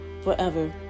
forever